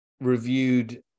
reviewed